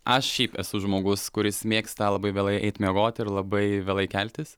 aš šiaip esu žmogus kuris mėgsta labai vėlai eit miegoti ir labai vėlai keltis